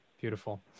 Beautiful